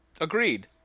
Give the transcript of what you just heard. Agreed